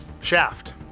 Shaft